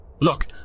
Look